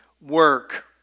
work